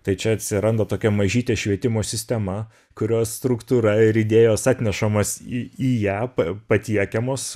tai čia atsiranda tokia mažytė švietimo sistema kurios struktūra ir idėjos atnešamos į į ją patiekiamos